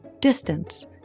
distance